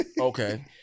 Okay